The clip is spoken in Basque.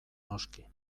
noski